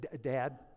Dad